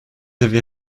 avez